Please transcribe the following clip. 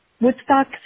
Woodstock